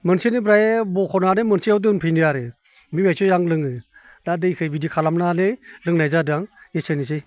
मोनसेनिफ्राय बख'नानै मोनसेयाव दोनफिनो आरो बिनिफ्रायसो आं लोङो दा दैखो बिदि खालामनानै लोंनाय जादों इसेनोसै